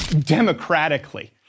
democratically